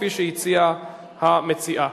כפי שהציעה המציעה.